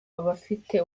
abafite